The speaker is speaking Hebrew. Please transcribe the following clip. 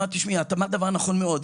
נועה, תשמעי, את אמרת דבר נכון מאוד.